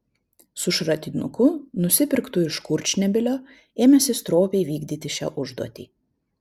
su šratinuku nusipirktu iš kurčnebylio ėmėsi stropiai vykdyti šią užduotį